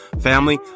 Family